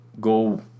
go